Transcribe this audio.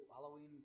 Halloween